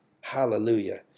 Hallelujah